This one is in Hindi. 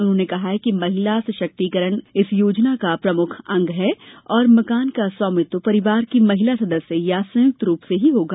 उन्होंने कहा कि महिला सशक्तिकरण इस योजना का प्रमुख अंग है और मकान का स्वामित्व परिवार की महिला सदस्य या संयुक्त रुप से ही होगा